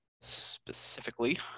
specifically